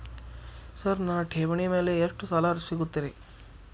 Sir ನನ್ನ ಠೇವಣಿ ಮೇಲೆ ಎಷ್ಟು ಸಾಲ ಸಿಗುತ್ತೆ ರೇ?